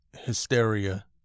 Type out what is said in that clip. hysteria